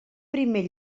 primer